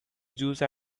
juice